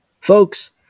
Folks